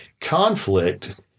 Conflict